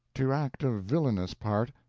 to act a villainous part,